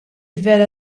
vera